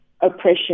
oppression